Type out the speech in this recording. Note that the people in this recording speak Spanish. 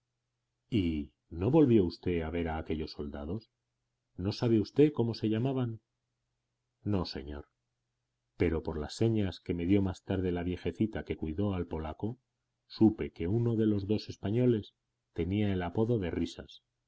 y no volvió usted a ver a aquellos soldados no sabe usted cómo se llamaban no señor pero por las señas que me dio más tarde la viejecita que cuidó al polaco supe que uno de los dos españoles tenía el apodo de risas